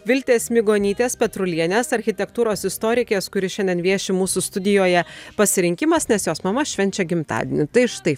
viltės migonytės petrulienės architektūros istorikės kuri šiandien vieši mūsų studijoje pasirinkimas nes jos mama švenčia gimtadienį tai štai